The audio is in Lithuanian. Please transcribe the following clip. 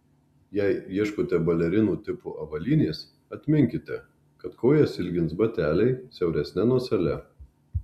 jei ieškote balerinų tipo avalynės atminkite kad kojas ilgins bateliai siauresne nosele